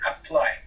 apply